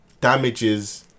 damages